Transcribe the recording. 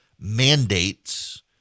mandates